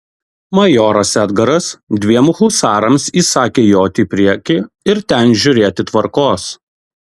majoras edgaras dviem husarams įsakė joti į priekį ir ten žiūrėti tvarkos